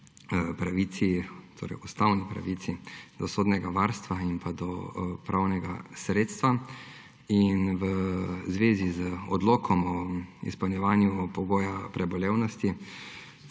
zagotovljeni ustavni pravici do sodnega varstva in pa do pravnega sredstva. In v zvezi z odlokom o izpolnjevanju pogoja prebolevnosti,